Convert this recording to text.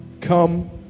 Come